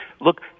look